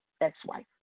ex-wife